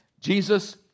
Jesus